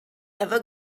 ever